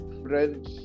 friends